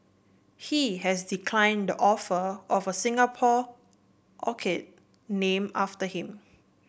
he has declined the offer of a Singapore orchid named after him